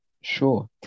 Sure